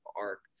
arc